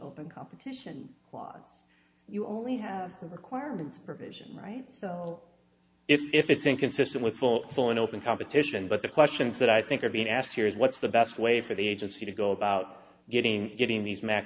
open competition clause you only have a requirement provision right so if it's inconsistent with full full and open competition but the questions that i think are being asked here is what's the best way for the agency to go about getting getting these ma